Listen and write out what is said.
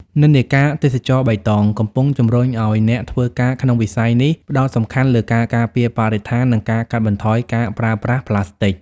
និន្នាការ "ទេសចរណ៍បៃតង" កំពុងជំរុញឱ្យអ្នកធ្វើការក្នុងវិស័យនេះផ្តោតសំខាន់លើការការពារបរិស្ថាន និងការកាត់បន្ថយការប្រើប្រាស់ផ្លាស្ទិក។